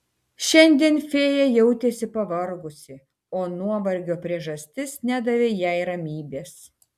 šiandien fėja jautėsi pavargusi o nuovargio priežastis nedavė jai ramybės